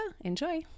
Enjoy